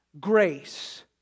Grace